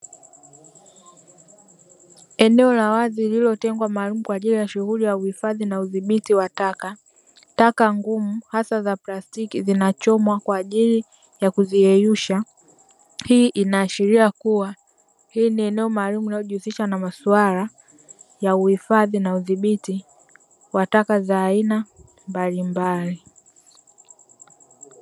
Eneo la wazi lililo tengwa maalumu kwa ajili ya shughuli ya uhifadhi na udhibiti wa taka. Taka ngumu, hasa za plastiki, zinachomwa kwa ajili ya kuziyeyusha. Hii inaashiria kuwa hii ni eneo maalumu linalo jhusisha na masuala ya uhifadhi na udhibiti wa taka za aina mbalimbali.